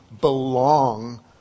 belong